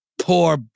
poor